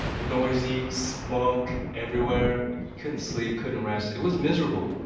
noisy, smoke everywhere couldn't sleep, couldn't rest. it was miserable.